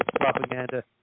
propaganda